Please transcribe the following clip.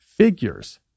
Figures